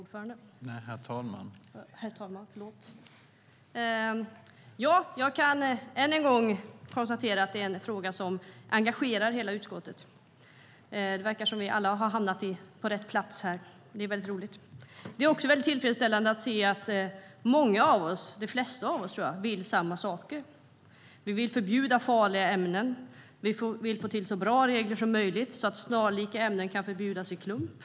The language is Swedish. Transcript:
Herr talman! Jag kan än en gång konstatera att det är en fråga som engagerar hela utskottet. Det verkar som att vi alla har hamnat på rätt plats. Det är väldigt roligt. Det är också väldigt tillfredsställande att se att många av oss, de flesta av oss, tror jag, vill samma saker. Vi vill förbjuda farliga ämnen. Vi vill få till så bra regler som möjligt, så att snarlika ämnen kan förbjudas i klump.